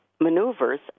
maneuvers